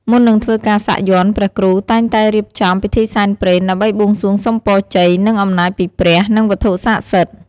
មុននឹងធ្វើការសាក់យ័ន្តព្រះគ្រូ តែងតែរៀបចំ ពិធីសែនព្រេន ដើម្បីបួងសួងសុំពរជ័យ និងអំណាចពីព្រះ និងវត្ថុស័ក្តិសិទ្ធិ។